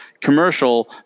commercial